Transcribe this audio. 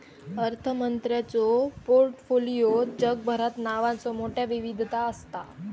अर्थमंत्र्यांच्यो पोर्टफोलिओत जगभरात नावांचो मोठयो विविधता असता